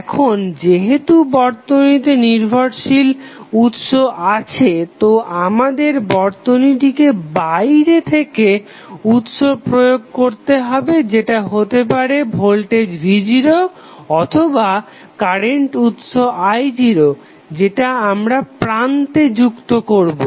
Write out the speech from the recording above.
এখন যেহেতু বর্তনীতে নির্ভরশীল উৎস আছে তো আমাদের বর্তনীটিকে বাইরে থেকে উৎস প্রয়োগ করতে হবে সেটা হতে পারে ভোল্টেজ v0 অথবা কারেন্ট উৎস i0 যেটা আমরা প্রান্তে যুক্ত করবো